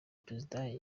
perezida